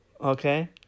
Okay